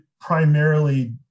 primarily